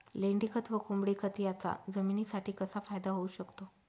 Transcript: लेंडीखत व कोंबडीखत याचा जमिनीसाठी कसा फायदा होऊ शकतो?